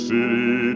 City